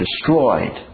destroyed